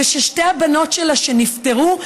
וששתי הבנות שלה שנפטרו,